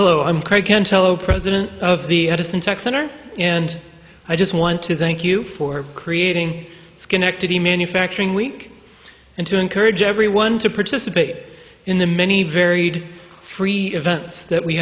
oh i'm craig canto president of the edison tech center and i just want to thank you for creating schenectady manufacturing week and to encourage everyone to participate in the many varied free events that we